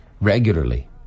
Regularly